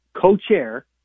co-chair